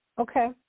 Okay